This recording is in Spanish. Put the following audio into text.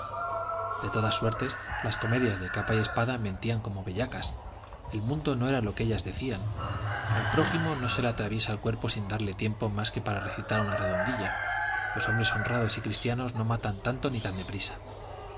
de todas suertes las comedias de capa y espada mentían como bellacas el mundo no era lo que ellas decían al prójimo no se le atraviesa el cuerpo sin darle tiempo más que para recitar una rendondilla los hombres honrados y cristianos no matan tanto ni tan deprisa